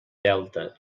delta